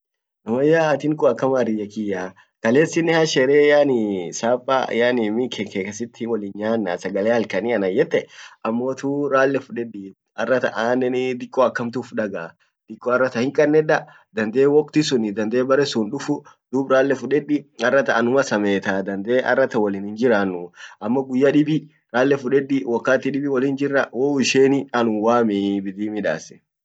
namanya atin kun akama haryya kiyaa kalesiinen hashere yaani sapa yaani min kanke kasit wollin nyana ammotuu ralle fudedii aratan anen diko ak hamtu uf dagaa diko hin kanneda dandee wokti sun dande bare sun hindufu dub ralle fudedi aratan anuma sametaa dandee wollin hinjirannuu ammo guyya dibi ralle fudedi wwou hiishheini annum wamii bidii middasi